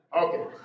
Okay